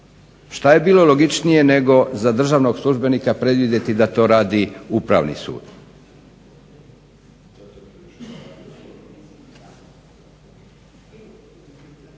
Šta je bilo logičnije nego za državnog službenika predvidjeti da to radi Upravni sud.